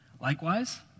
Likewise